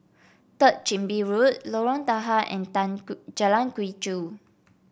Third Chin Bee Road Lorong Tahar and Tan Jalan Quee Chew